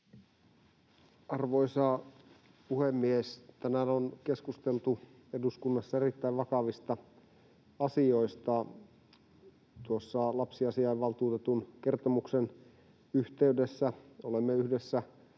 Arvoisa puhemies! Tänään on keskusteltu eduskunnassa erittäin vakavista asioista. Lapsiasiainvaltuutetun kertomuksen yhteydessä olemme yhdessä